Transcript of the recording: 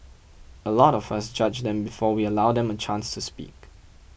a lot of us judge them before we allow them a chance to speak